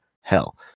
hell